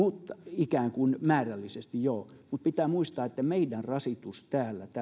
ikään kuin määrällisesti joo mutta pitää muistaa että meidän rasituksemme